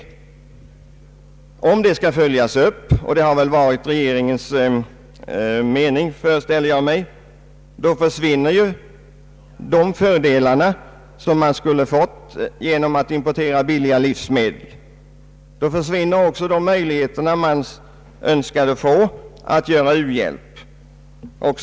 Om det avtalet skall följas upp — och jag föreställer mig att det har varit regeringens mening försvinner de fördelar vi skulle ha fått genom att importera billiga livsmedel. Då försvinner också de ökade möjligheter man trodde sig ha att här göra en insats för u-hjälpen o. s. v.